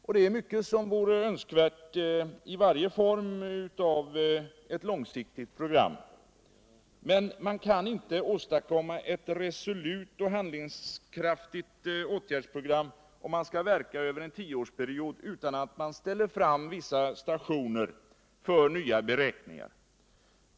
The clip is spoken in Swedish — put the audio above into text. Men det är mycket som vore önsk värt i varje form av ctt långsiktigt program. Men man kan inte åstadkomma ctt resolut handlingskraftigt åtgärdsprogram om man skall verka över en tioårsperiod utan att man ställer upp vissa stationer för nya beräkningar.